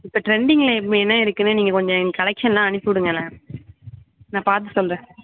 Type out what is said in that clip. இப்போ ட்ரெண்டிங்கில் இப்போ என்ன இருக்குதுன்னு நீங்கள் கொஞ்சம் எனக்கு கலெக்ஷனெலாம் அனுப்பி விடுங்களேன நான் பார்த்து சொல்கிறேன்